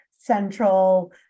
Central